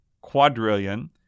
quadrillion